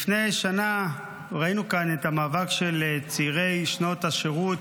לפני שנה ראינו כאן את המאבק של הצעירים בשנת השירות